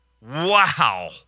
Wow